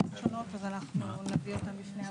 אז אנחנו נביא אותן לפני הוועדה.